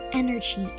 energy